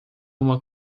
uma